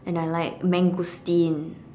and I like mangosteen